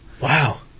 Wow